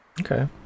Okay